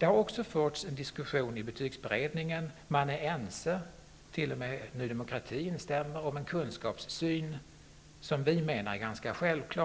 Det har också förts en diskussion i betygsberedningen om en kunskapssyn -- vi är ense, t.o.m. Ny demokrati instämde --